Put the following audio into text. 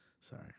sorry